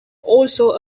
also